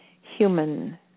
human